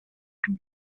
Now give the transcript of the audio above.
can